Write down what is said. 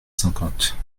cinquante